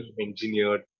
engineered